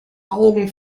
augen